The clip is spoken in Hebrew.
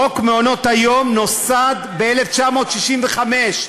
חוק מעונות-היום נוסד ב-1965,